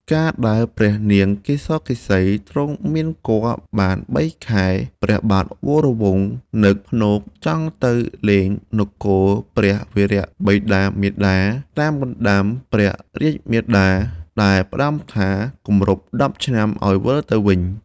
កាលដែលព្រះនាងកេសកេសី ទ្រង់មានគភ៌បាន៣ខែ ព្រះបាទវរវង្ស នឹកភ្នកចង់ទៅលេងនគរព្រះវរបិតាមាតាតាមបណ្តាំព្រះមាតាដែលផ្តាំថាគម្រប់ ១០ឆ្នាំឲ្យវិលទៅវិញ។